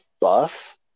buff